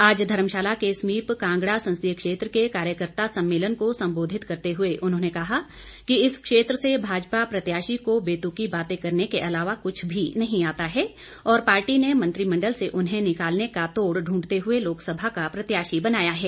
आज धर्मशाला के समीप कांगड़ा संसदीय क्षेत्र के कार्यकर्त्ता सम्मेलन को संबोधित करते हुए उन्होंने कहा कि इस क्षेत्र से भाजपा प्रत्याशी को बेतुकी बाते करने के अलावा कुछ भी नहीं आता है और पार्टी न मंत्रिमंडल से उन्हें निकालने का तोड़ ढूंढते हुए लोकसभा का प्रत्याशी बनाया है